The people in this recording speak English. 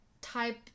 type